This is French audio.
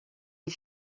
les